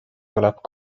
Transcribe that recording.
tuleb